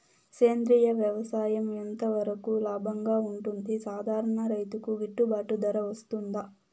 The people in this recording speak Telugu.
సేంద్రియ వ్యవసాయం ఎంత వరకు లాభంగా ఉంటుంది, సాధారణ రైతుకు గిట్టుబాటు ధర వస్తుందా?